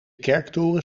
kerktoren